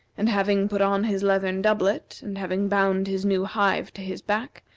and having put on his leathern doublet, and having bound his new hive to his back,